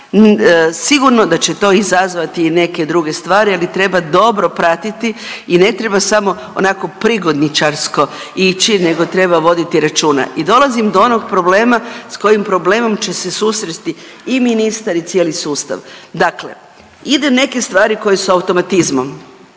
Sigurno da će to izazvati i neke druge stvari, ali treba dobro pratiti i ne treba samo onako prigodničarsko ići nego treba voditi računa i dolazim do onog problema s kojim problemom će se susresti i ministar i cijeli sustav. Dakle, idu neke stvari koje su automatizmom,